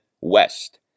West